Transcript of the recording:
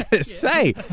Say